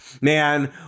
man